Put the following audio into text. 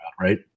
right